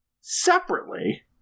separately